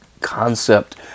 concept